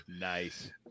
Nice